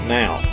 now